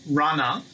runner